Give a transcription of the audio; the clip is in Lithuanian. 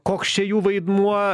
koks čia jų vaidmuo